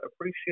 appreciate